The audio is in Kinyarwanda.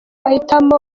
ahitamo